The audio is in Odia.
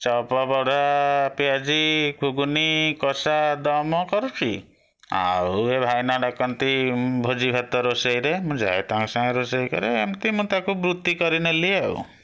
ଚପ ବଡ଼ା ପିଆଜି ଘୁଗୁନି କଷା ଦମ କରୁଛି ଆଉ ଏ ଭାଇନା ଡ଼ାକନ୍ତି ଭୋଜିଭାତ ରୋଷେଇରେ ମୁଁ ଯାଏ ତାଙ୍କ ସାଙ୍ଗରେ ରୋଷେଇ କରେ ଏମିତି ମୁଁ ତାକୁ ବୃତ୍ତି କରିନେଲି ଆଉ